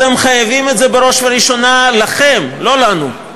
אתם חייבים את זה בראש ובראשונה לכם, לא לנו,